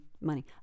money